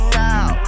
now